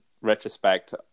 retrospect